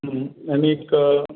आणि एक